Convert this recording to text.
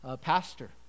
pastor